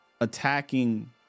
Attacking